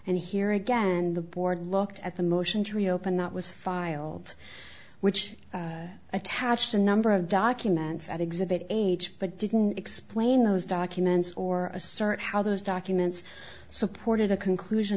and here again the board looked at the motion to reopen that was filed which attached a number of documents at exhibit h but didn't explain those documents or assert how those documents supported a conclusion